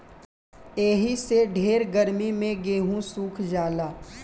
एही से ढेर गर्मी मे गेहूँ सुख जाला